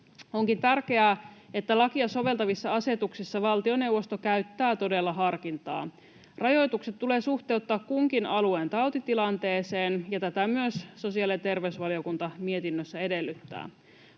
Onkin tärkeää, että lakia soveltavissa asetuksissa valtioneuvosto todella käyttää harkintaa. Rajoitukset tulee suhteuttaa kunkin alueen tautitilanteeseen, ja tätä myös sosiaali‑ ja terveysvaliokunta mietinnössä edellyttää.